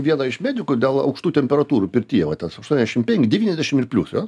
vieno iš medikų dėl aukštų temperatūrų pirtyje va tas aštuondešim penki devyndešim ir plius jo